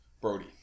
Brody